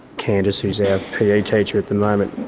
candice who's our pe teacher at the moment,